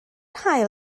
haul